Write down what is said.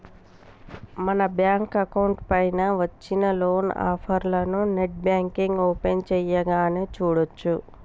మన bank account పైన వచ్చిన లోన్ ఆఫర్లను నెట్ బ్యాంకింగ్ ఓపెన్ చేయగానే చూడచ్చు